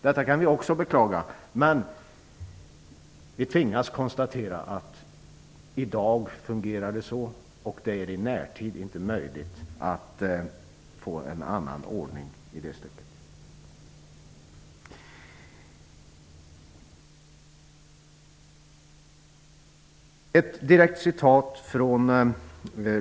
Detta kan vi också beklaga, men vi tvingas konstatera att det i dag fungerar så, och det är inte möjligt att åstadkomma en annan ordning i det stycket i närtid.